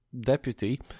deputy